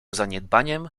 zaniedbaniem